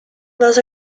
was